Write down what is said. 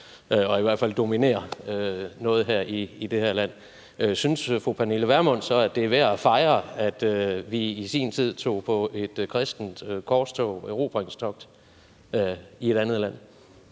ind i vores land og dominerer noget i det her land. Synes fru Pernille Vermund så, at det er værd at fejre, at vi i sin tid tog på et kristent korstog, et erobringstogt, i et andet land?